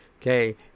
Okay